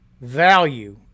value